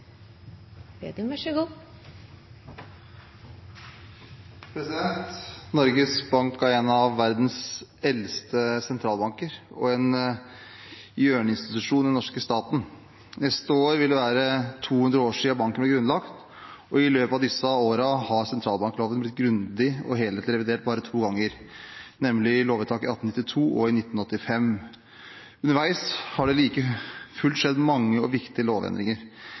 en av verdens eldste sentralbanker og en hjørnesteinsinstitusjon i den norske staten. Neste år vil det være 200 år siden banken ble grunnlagt, og i løpet av disse årene har sentralbankloven blitt grundig og helhetlig revidert bare to ganger, nemlig ved lovvedtak i 1892 og i 1985. Underveis har det like fullt skjedd mange og viktige lovendringer.